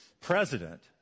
president